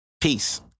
Peace